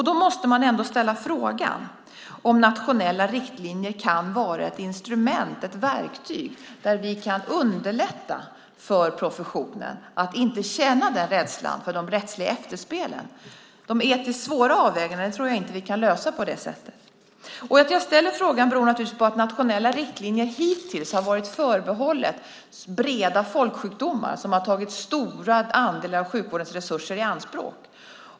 Då måste man ändå ställa frågan om nationella riktlinjer kan vara ett instrument, ett verktyg, för att underlätta för professionen att inte känna rädsla för de rättsliga efterspelen. De etiskt svåra avvägandena tror jag inte att vi kan lösa på det sättet. Att jag ställer frågan beror naturligtvis på att nationella riktlinjer hittills har varit förbehållet breda folksjukdomar som har tagit stora andelar av sjukvårdens resurser i anspråk.